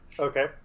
Okay